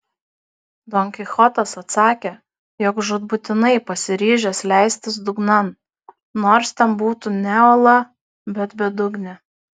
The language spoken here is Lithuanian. don kichotas atsakė jog žūtbūtinai pasiryžęs leistis dugnan nors ten būtų ne ola bet bedugnė